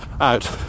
Out